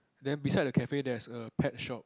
then beside the cafe there's a pet shop